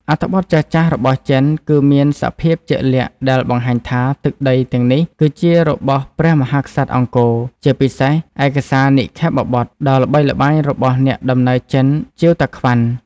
អត្ថបទចាស់ៗរបស់ចិន គឺមានសភាពជាក់លាក់ដែលបង្ហាញថា ទឹកដី ទាំងនេះគឺជារបស់ព្រះមហាក្សត្រអង្គរ ជាពិសេសឯកសារនិក្ខេបបទដ៏ល្បីល្បាញ របស់អ្នកដំណើរចិន ជៀវតាក្វាន់ ។